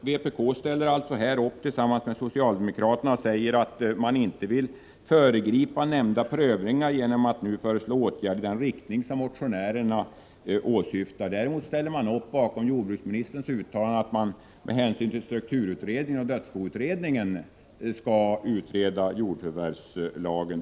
Vpk ställer alltså i utskottet upp tillsammans med socialdemokraterna och säger att man inte vill ”föregripa nämnda prövning genom att nu föreslå åtgärder i den riktning motionärerna åsyftar.” Inom vpk ställer ni också upp bakom jordbruksministerns uttalande om att man skall utreda jordförvärvs lagen mot bakgrund av strukturutredningens och dödsboutredningens betänkanden.